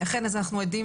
אנחנו עדים